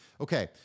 Okay